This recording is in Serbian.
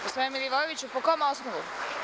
Gospodine Milivojeviću, po kom osnovu?